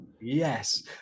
Yes